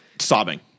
Sobbing